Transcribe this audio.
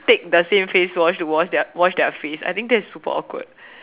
take the same face wash to wash their to wash their face I think that is super awkward